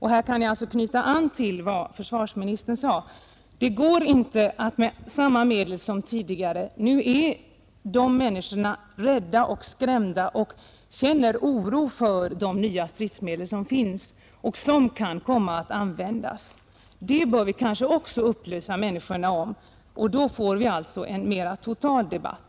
Här kan jag knyta an till vad försvarsministern sade, att det inte går att använda samma vägar som tidigare. Människorna är skrämda och känner oro inför de nya stridsmedel som finns och som kan komma att användas, Vi bör också upplysa människorna om konsekvenserna av dessa nya stridsmedel; först då får vi en mera total debatt.